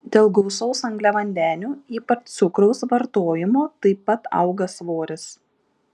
dėl gausaus angliavandenių ypač cukraus vartojimo taip pat auga svoris